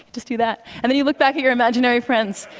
just do that, and then you look back at your imaginary friends,